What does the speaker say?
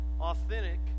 Authentic